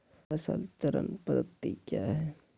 फसल चक्रण पद्धति क्या हैं?